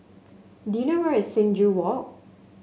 do you know where is Sing Joo Walk